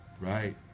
Right